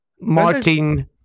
Martin